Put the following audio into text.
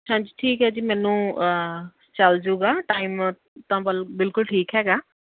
ਹਾਂਜੀ ਠੀਕ ਹੈ ਜੀ ਮੈਨੂੰ ਚੱਲ ਜੂਗਾ ਟਾਈਮ ਤਾਂ ਬਲ ਬਿਲਕੁਲ ਠੀਕ ਹੈਗਾ